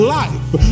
life